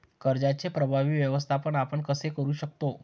कर्जाचे प्रभावी व्यवस्थापन आपण कसे करु शकतो?